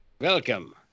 Welcome